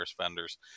vendors